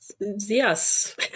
Yes